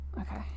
Okay